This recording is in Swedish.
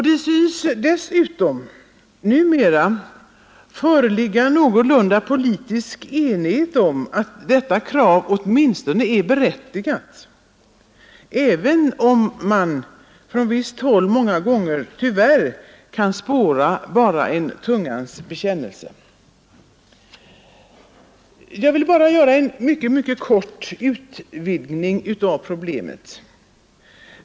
Det synes dessutom numera föreligga någorlunda politisk enighet om att detta krav är berättigat även om man på visst håll många gånger tyvärr kan spåra bara en tungans bekännelse. Jag vill göra en mycket mycket kort utvidgning av problemet.